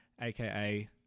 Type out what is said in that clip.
aka